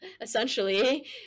essentially